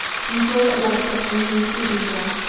he saw that love softens and sweetens life,